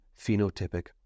phenotypic